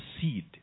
seed